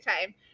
time